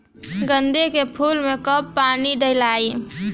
गेंदे के फूल मे कब कब पानी दियाला?